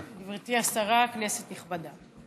אחריה, חבר הכנסת יוסף ג'בארין.